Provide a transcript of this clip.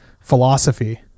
philosophy